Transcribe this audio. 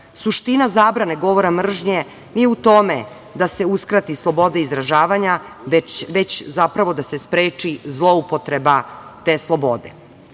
Suština zabrane govora mržnje nije u tome da se uskrati sloboda izražavanja, već da se spreči zloupotreba te slobode.